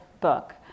book